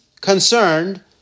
concerned